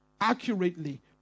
accurately